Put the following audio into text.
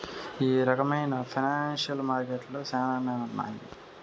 ఈ రకమైన ఫైనాన్సియల్ మార్కెట్లు శ్యానానే ఉన్నాయి